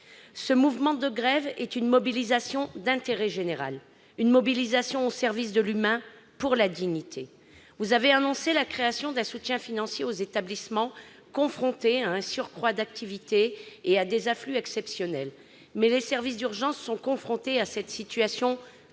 Ce mouvement de grève est une mobilisation d'intérêt général au service de la dignité humaine. Madame la ministre, vous avez annoncé la création d'un soutien financier aux établissements confrontés à un surcroît d'activité et à des afflux exceptionnels, mais les services d'urgences sont confrontés à cette situation